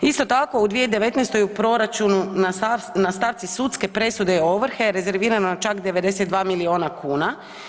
Isto tako u 2019. u proračunu na stavci sudske presude i ovrhe rezervirano je čak 92 milijuna kuna.